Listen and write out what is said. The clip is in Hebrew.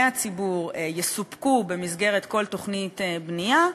הציבור יסופקו במסגרת כל תוכנית בנייה.